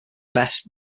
best